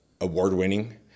award-winning